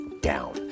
down